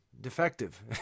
defective